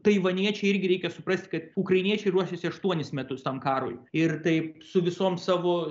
taivaniečiai irgi reikia suprasti kad ukrainiečiai ruošiasi aštuonis metus tam karui ir taip su visom savo